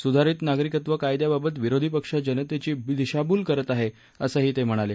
सुधारित नागरिकत्व कायद्याबाबत विरोधी पक्ष जनतेची दिशाभूल करत आहेत असंही ते म्हणाले